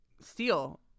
steel